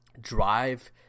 drive